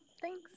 thanks